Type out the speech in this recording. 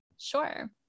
Sure